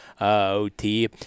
OT